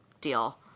deal